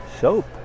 soap